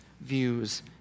views